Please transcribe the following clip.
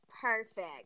perfect